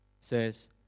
says